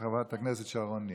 של חברת הכנסת שרון ניר.